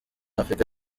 afurika